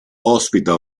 ospita